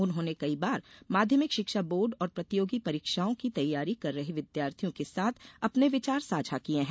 उन्होंने कई बार माध्यमिक शिक्षा बोर्ड और प्रतियोगी परीक्षाओं की तैयारी कर रहे विद्यार्थियों के साथ अपने विचार साझा किये हैं